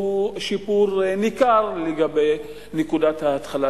וזה שיפור ניכר לעומת נקודת ההתחלה,